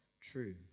true